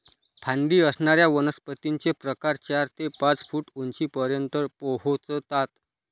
फांदी असणाऱ्या वनस्पतींचे प्रकार चार ते पाच फूट उंचीपर्यंत पोहोचतात